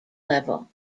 level